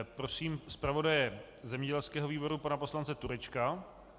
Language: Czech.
Prosím zpravodaje zemědělského výboru pana poslance Turečka.